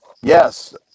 yes